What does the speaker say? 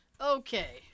Okay